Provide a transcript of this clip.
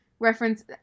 reference